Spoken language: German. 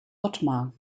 otmar